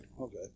Okay